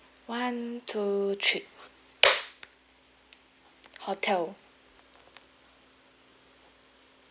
one two three hotel